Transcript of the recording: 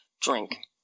drink